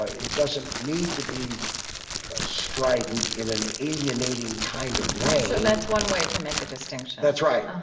ah it doesn't need to be strident in an alienating kind of way so that's one way to make a distinction that's right.